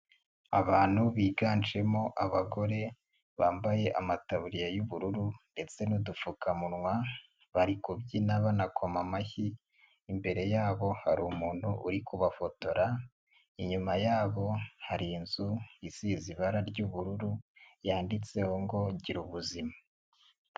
Abantu biganjemo abagore bambaye amataburiya y'ubururu ndetse n'udupfukamunwa bari kubyina banakoma amashyi, imbere yabo hari umuntu uri kubafotora, inyuma yabo hari inzu isize ibara ry'ubururu yanditseho ngo Gira ubuzima.